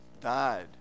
died